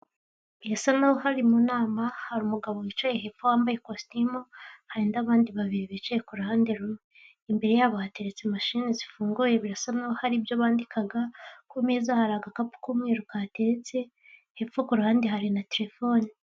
Birasa naho hari mu nama hari umugabo wicaye hepfo wambaye ikositimu, hari n'abandi babiri bicaye ku ruhande rumwe. Imbere yabo hateretse mashini zifunguye birasa nkaho hari ibyo bandikaga, ku meza hari agakapu k'umweru kahateretse hepfo ku ruhande hari na terefone.